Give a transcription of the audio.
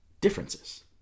differences